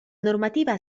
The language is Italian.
normativa